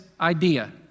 idea